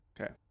Okay